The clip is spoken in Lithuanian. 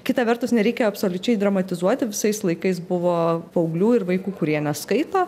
kita vertus nereikia absoliučiai dramatizuoti visais laikais buvo paauglių ir vaikų kurie neskaito